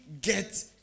get